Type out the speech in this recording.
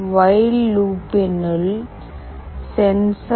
while லூப்பினுள் sensor